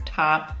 top